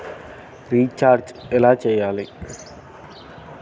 Recharge ఎలా చెయ్యాలి?